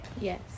yes